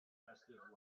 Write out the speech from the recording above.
festive